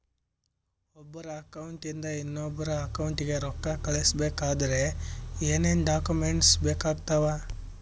ಒಬ್ಬರ ಅಕೌಂಟ್ ಇಂದ ಇನ್ನೊಬ್ಬರ ಅಕೌಂಟಿಗೆ ರೊಕ್ಕ ಕಳಿಸಬೇಕಾದ್ರೆ ಏನೇನ್ ಡಾಕ್ಯೂಮೆಂಟ್ಸ್ ಬೇಕಾಗುತ್ತಾವ?